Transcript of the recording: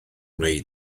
wnei